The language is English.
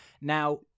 Now